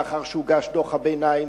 לאחר שהוגש דוח הביניים,